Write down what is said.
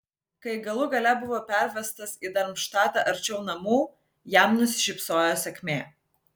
kai galų gale buvo pervestas į darmštatą arčiau namų jam nusišypsojo sėkmė